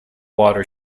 water